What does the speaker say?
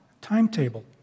timetable